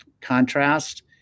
contrast